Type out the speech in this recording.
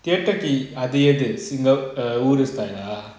theatre அது எனது:athu yeathu ah theatre ஊரு:uuru side eh